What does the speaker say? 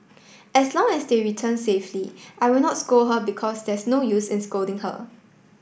as long as they return safely I will not scold her because there's no use in scolding her